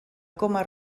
coma